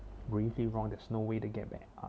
briefly wrong there's no way to get back uh